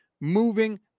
moving